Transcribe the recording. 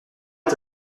est